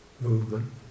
movement